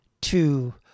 two